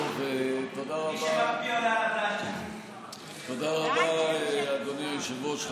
טוב, תודה רבה, אדוני היושב-ראש.